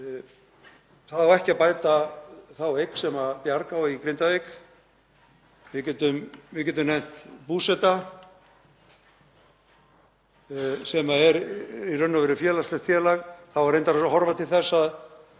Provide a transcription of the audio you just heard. það á ekki að bæta þær eignir sem Bjarg á í Grindavík. Við getum nefnt Búseta sem er í raun og veru félagslegt félag, það á reyndar að horfa til þess að